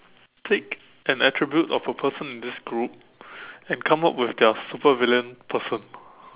take an attribute of a person in this group and come up with their supervillain person